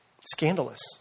scandalous